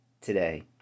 today